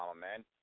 man